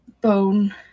bone